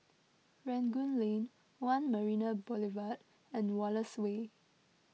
Rangoon Lane one Marina Boulevard and Wallace Way